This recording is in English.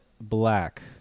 black